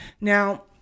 Now